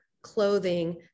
clothing